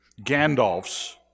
Gandalfs